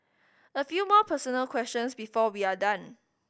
a few more personal questions before we are done